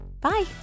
bye